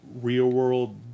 real-world